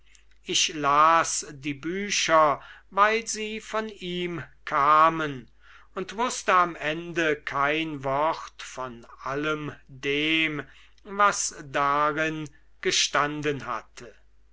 ich las die bücher weil sie von ihm kamen und wußte am ende kein wort von allem dem was darin gestanden hatte